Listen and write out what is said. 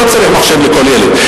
לא צריך מחשב לכל ילד,